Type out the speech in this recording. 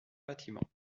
bâtiment